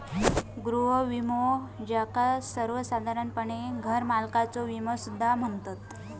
गृह विमो, ज्याका सर्वोसाधारणपणे घरमालकाचा विमो सुद्धा म्हणतत